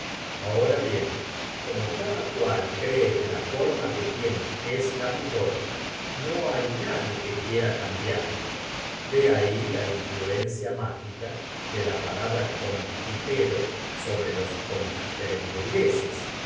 ahora bien como cada cual cree que la el propio gran sultán babia sido derriba forma que tiene es la mejor no hay nadie do de su caballo por u o polichine la que que quiera cambiarla de ahíla influencia huyendo pasó por entre las patas de su mágica do la palabra confitero sobre los cabalgad